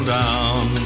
down